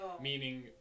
meaning